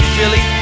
Philly